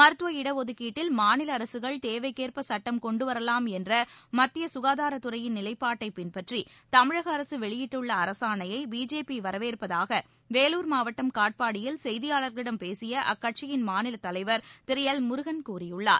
மருத்துவ இடஒதுக்கீட்டில் மாநில அரசுகள் தேவைக்கேற்ப சட்டம் கொண்டுவரலாம் என்ற மத்திய சுகாதாரத் துறையின் நிலைப்பாட்டை பின்பற்றி தமிழக அரசு வெளியிட்டுள்ள அரசாணையை பிஜேபி வரவேற்பதாக வேலூர் மாவட்டம் காட்பாடியில் செய்தியாளர்களிடம் பேசிய அக்கட்சியின் மாநிலத் தலைவர் திரு எல் முருகன் கூறியுள்ளார்